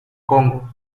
congo